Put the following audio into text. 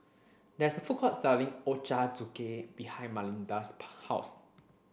there is a food court selling Ochazuke behind house